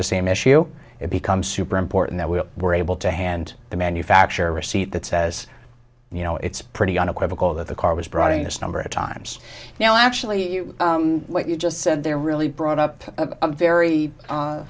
the same issue it becomes super important that we were able to hand the manufacture receipt that says you know it's pretty unequivocal that the car was brought in this number of times now actually what you just said there really brought up a very